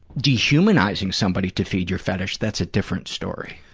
dehumanizing somebody to feed your fetish, that's a different story.